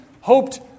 hoped